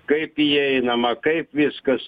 kaip įeinama kaip viskas